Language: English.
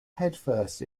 headfirst